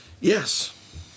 Yes